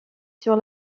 sur